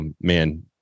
man